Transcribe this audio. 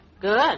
Good